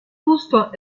fusto